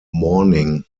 mourning